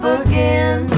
again